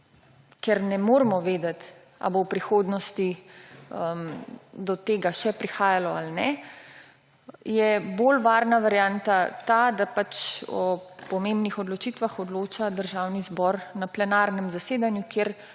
Ker ne moremo vedeti, ali bo v prihodnosti do tega še prihajalo ali ne, je bolj varna varianta ta, da o pomembnih odločitvah odloča Državni zbor na plenarnem zasedanju, kjer